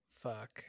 Fuck